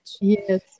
yes